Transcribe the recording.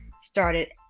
started